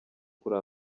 kuri